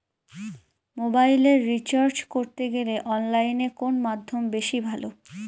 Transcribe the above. মোবাইলের রিচার্জ করতে গেলে অনলাইনে কোন মাধ্যম বেশি ভালো?